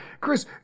Chris